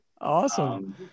Awesome